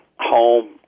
home